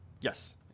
Yes